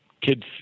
Kids